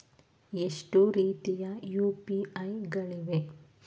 ಎಷ್ಟು ರೀತಿಯ ಯು.ಪಿ.ಐ ಗಳಿವೆ?